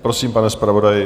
Prosím, pane zpravodaji.